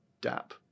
DAP